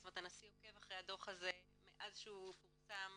הנשיא עוקב אחרי הדו"ח הזה מאז שהוא פורסם,